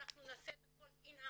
אנחנו נעשה את הכל אין-האוס.